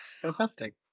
Fantastic